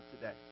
today